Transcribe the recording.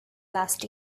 last